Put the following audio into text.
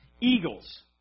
eagles